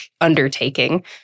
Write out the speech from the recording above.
undertaking